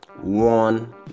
one